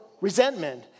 resentment